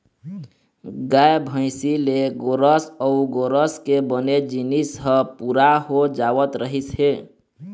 गाय, भइसी ले गोरस अउ गोरस के बने जिनिस ह पूरा हो जावत रहिस हे